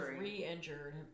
re-injured